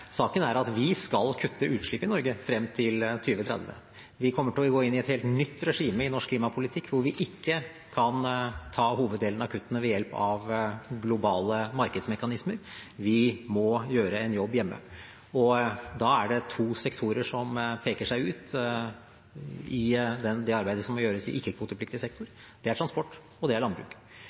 saken er at vi skal kutte utslipp i Norge, frem til 2030. Vi kommer til å gå inn i et helt nytt regime i norsk klimapolitikk, der vi ikke kan ta hoveddelen av kuttene ved hjelp av globale markedsmekanismer. Vi må gjøre en jobb hjemme. Da er det to sektorer som peker seg ut i det arbeidet som må gjøres i ikke-kvotepliktig sektor. Det er transport, og det er landbruk.